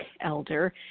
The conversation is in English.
elder